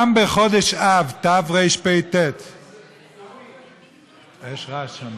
גם בחודש אב, תרפ"ט, יש רעש שם.